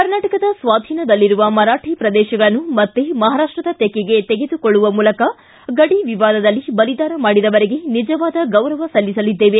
ಕರ್ನಾಟಕದ ಸ್ವಾಧೀನದಲ್ಲಿರುವ ಮರಾಠಿ ಪ್ರದೇಶಗಳನ್ನು ಮತ್ತೇ ಮಹಾರಾಷ್ಟದ ತೆಕ್ಕೆಗೆ ತೆಗೆದುಕೊಳ್ಳುವ ಮೂಲಕ ಗಡಿ ವಿವಾದದಲ್ಲಿ ಬಲಿದಾನ ಮಾಡಿದವರಿಗೆ ನಿಜವಾದ ಗೌರವ ಸಲ್ಲಿಸಲಿದ್ದೇವೆ